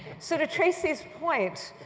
so to tracy's point,